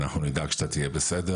אנחנו נדאג שאתה תהיה בסדר.